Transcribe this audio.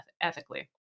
ethically